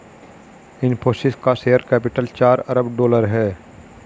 इनफ़ोसिस का share capital चार अरब डॉलर है